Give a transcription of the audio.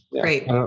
Great